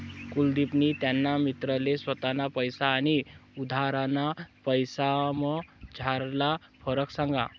कुलदिपनी त्याना मित्रले स्वताना पैसा आनी उधारना पैसासमझारला फरक सांगा